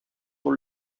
dans